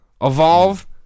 Evolve